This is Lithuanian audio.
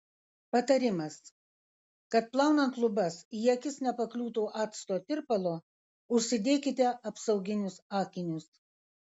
patarimas kad plaunant lubas į akis nepakliūtų acto tirpalo užsidėkite apsauginius akinius